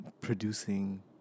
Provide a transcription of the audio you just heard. producing